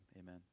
amen